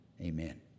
amen